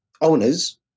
owners